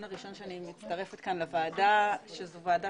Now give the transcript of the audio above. הראשון אליו אני מצטרפת בוועדה שזו ועדה